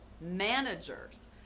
managers